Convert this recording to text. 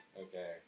Okay